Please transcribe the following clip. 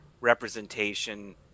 representation